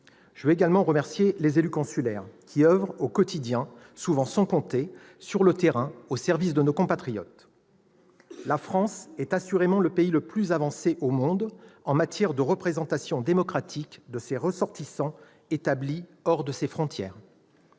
Je veux également remercier les élus consulaires qui oeuvrent au quotidien sur le terrain au service de nos compatriotes, souvent sans compter leur temps. La France est assurément le pays le plus avancé au monde en matière de représentation démocratique de ses ressortissants établis hors de ses frontières.